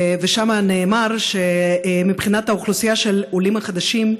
ושם נאמר שמבחינת האוכלוסייה של העולים החדשים,